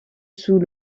sous